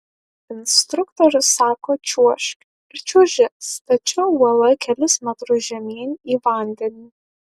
instruktorius sako čiuožk ir čiuoži stačia uola kelis metrus žemyn į vandenį